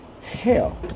hell